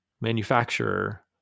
manufacturer